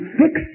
fix